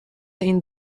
این